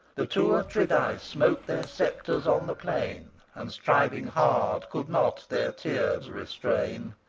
the two atridae smote their sceptres on the plain, and, striving hard, could not their tears restrain!